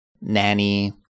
nanny